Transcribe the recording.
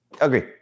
Agree